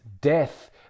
death